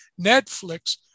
Netflix